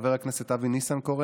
חבר הכנסת אבי ניסנקורן,